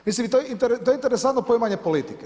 Mislim to je interesantno poimanje politike.